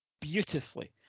beautifully